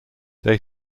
they